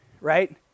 right